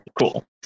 cool